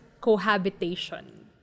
cohabitation